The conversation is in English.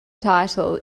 title